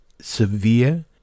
severe